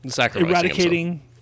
eradicating